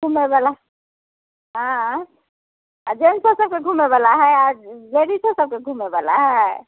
घूमै बला आँय आ जेन्टसो सभकेँ घूमै बला है आ लेडीजो सभकेँ घूमै बला है